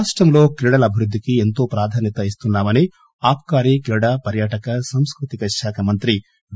రాష్టంలో క్రీడల అభివృద్ధి కి ఎంతో ప్రాధాన్యత ఇస్తున్నా మన్నా మని ఆబ్కారీ క్రీడా పర్యాటక సాంస్ఫృతిక శాఖ మంత్రి వి